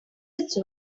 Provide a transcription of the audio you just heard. its